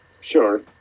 Sure